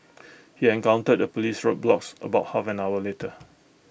he encountered A Police roadblocks about half an hour later